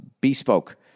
Bespoke